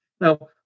Now